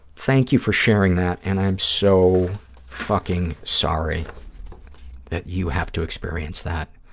thank you for sharing that, and i am so fucking sorry that you have to experience that.